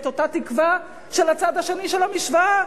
את אותה תקווה של הצד השני של המשוואה.